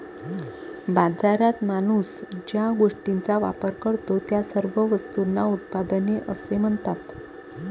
बाजारात माणूस ज्या गोष्टींचा वापर करतो, त्या सर्व वस्तूंना उत्पादने असे म्हणतात